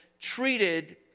treated